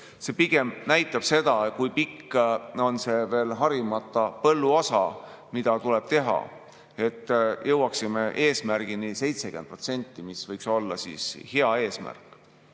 See pigem näitab seda, kui pikk on veel harimata põlluosa, mida tuleb teha, et jõuaksime eesmärgini 70%, mis võiks olla hea eesmärk.